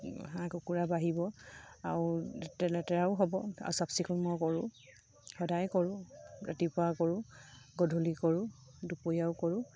হাঁহ কুকুৰা বাঢ়িব আৰু লেতেৰাও হ'ব আৰু চাফ চিকুণ মই কৰোঁ সদায় কৰোঁ ৰাতিপুৱা কৰোঁ গধূলি কৰোঁ দুপৰীয়াও কৰোঁ